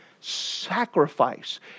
sacrifice